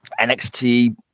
nxt